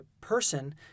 person